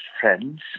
friends